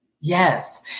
Yes